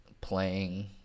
playing